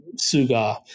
Suga